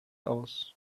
aus